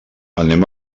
anem